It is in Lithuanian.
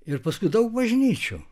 ir paskui daug bažnyčių